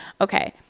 Okay